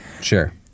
Sure